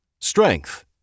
Strength